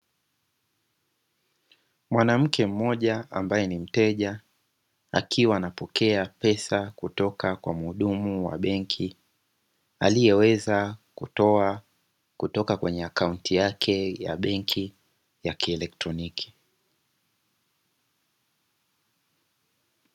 Mwanamke mmoja ambaye ni mteja akiwa anapokea pesa kutoka kwa mhudumu wa benki, aliyeweza kutoa kutoka kwenye account yake ya benki ya kielektroniki.